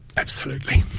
absolutely,